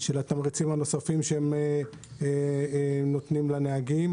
של התמריצים הנוספים שנותנים לנהגים.